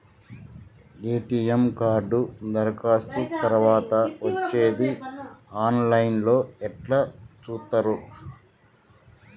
ATM card దరఖాస్తు తరువాత వచ్చేది ఆన్ లైన్ లో ఎట్ల చూత్తరు?